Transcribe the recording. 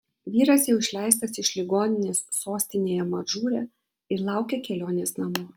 vyras jau išleistas iš ligoninės sostinėje madžūre ir laukia kelionės namo